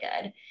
good